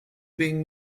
being